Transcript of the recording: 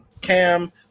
Cam